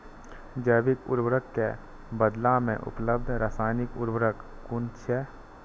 जैविक उर्वरक के बदला में उपलब्ध रासायानिक उर्वरक कुन छै?